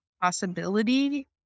possibility